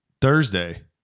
Thursday